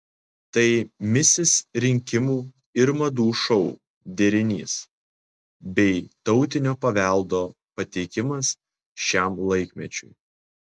tai misis rinkimų ir madų šou derinys bei tautinio paveldo pateikimas šiam laikmečiui